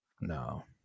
no